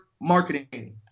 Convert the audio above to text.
marketing